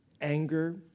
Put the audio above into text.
anger